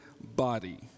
body